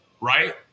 right